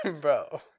Bro